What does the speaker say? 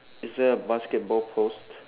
is there a basketball post